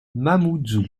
mamoudzou